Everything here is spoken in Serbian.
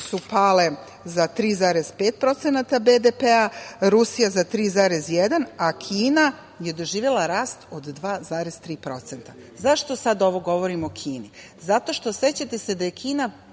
su pale za 3,5% BDP, Rusija za 3,1%, a Kina je doživela rast od 2,3%. Zašto sada ovo govorimo o Kini? Zato što, sećate se da je Kina